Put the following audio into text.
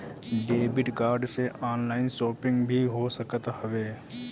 debit card से online shopping भी हो सकत हवे